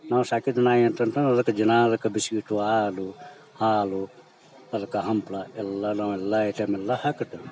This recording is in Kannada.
ನಾವು ಸಾಕಿದ ನಾಯಿ ಅಂತಂತ ಅಂದ್ರೆ ಅದಕ್ಕೆ ದಿನಾ ಅದಕ್ಕೆ ಬಿಷ್ಕಿಟ್ಟು ಹಾಲು ಹಾಲು ಅದಕ್ಕೆ ಹಂಪ್ಲು ಎಲ್ಲ ನಾವೆಲ್ಲ ಐಟಮ್ ಎಲ್ಲ ಹಾಕಾತ್ತೇವು